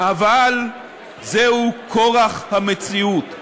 אבל זהו כורח המציאות.